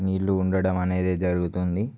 నీళ్ళు ఉండడం అనేది జరుగుతుంది